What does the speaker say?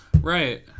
Right